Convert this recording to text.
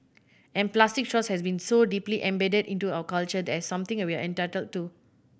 and plastic straws has been so deeply embedded into our culture as something we are entitled to